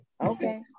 Okay